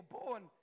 born